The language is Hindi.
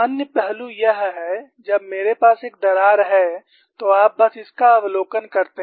अन्य पहलू यह है जब मेरे पास एक दरार है तो आप बस इसका अवलोकन करते हैं